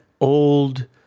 old